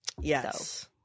Yes